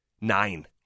Nine